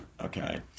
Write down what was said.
okay